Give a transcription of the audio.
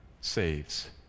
saves